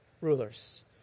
rulers